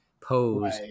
pose